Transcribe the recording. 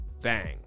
Bang